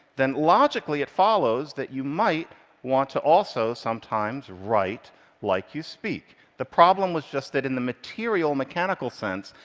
then logically it follows that you might want to also sometimes write like you speak. the problem was just that in the material, mechanical sense,